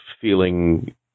feeling